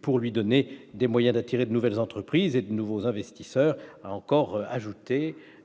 pour lui donner des moyens d'attirer de nouvelles entreprises et de nouveaux investisseurs. C'est